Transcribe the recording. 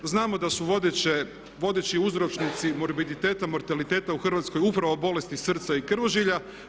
Znamo da su vodeći uzročnici morbiditeta, mortaliteta u Hrvatskoj upravo bolesti srca i krvožilja.